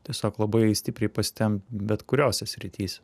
tiesiog labai stipriai pasitempt bet kuriose srityse